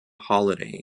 holiday